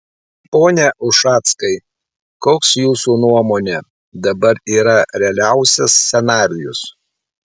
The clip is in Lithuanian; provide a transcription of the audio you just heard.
pone ušackai koks jūsų nuomone dabar yra realiausias scenarijus